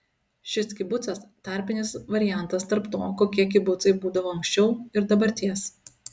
šis kibucas tarpinis variantas tarp to kokie kibucai būdavo anksčiau ir dabarties